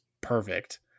perfect